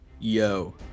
Yo